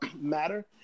matter